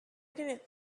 didn’t